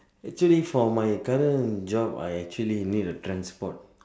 actually for my current job I actually need a transport